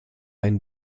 einen